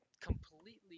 completely